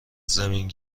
زمین